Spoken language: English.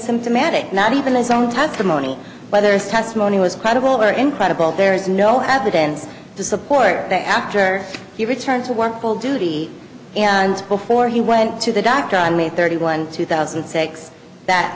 symptomatic not even his own testimony whether it's testimony was credible or incredible there is no evidence to support that after he returned to work full duty before he went to the doctor on may thirty one two thousand and six that